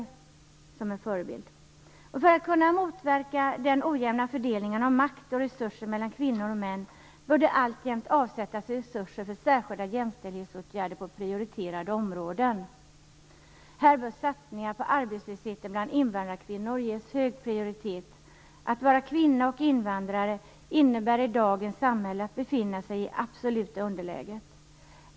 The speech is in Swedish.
I punkt fem står att det för att man skall kunna motverka den ojämna fördelningen av makt och resurser mellan kvinnor och män alltjämt bör avsättas resurser för särskilda jämställdhetsåtgärder på prioriterade områden. Här bör satsningar mot arbetslösheten bland invandrarkvinnor ges hög prioritet. Att vara kvinna och invandrare innebär i dagens samhälle att man befinner sig i absolut underläge.